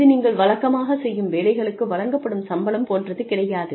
இது நீங்கள் வழக்கமாக செய்யும் வேலைக்கு வழங்கப்படும் சம்பளம் போன்றது கிடையாது